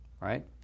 right